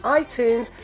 iTunes